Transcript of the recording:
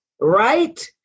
right